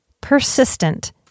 persistent